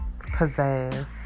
pizzazz